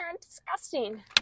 disgusting